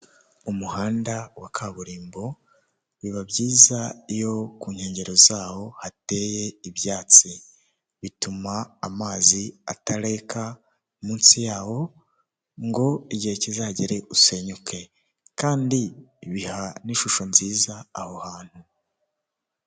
Inzu y'ubwisungane gusa hariho abakozi ba emutiyene n'abakiriya baje kugana ikigo cy'ubwisungane cyitwa buritamu, kiri mu nyubako isa n'iyubakishije amabati n'ibirahuri.